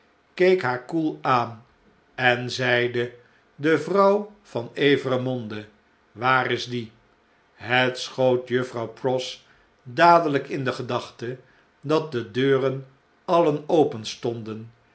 keek haar koel aan en zeide de vrouw van evremonde waar is die het schoot juffrouw pross dadeiyk in de gedachte dat de deuren alien